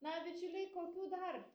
na bičiuliai kokių dar